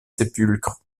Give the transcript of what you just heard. sépulcre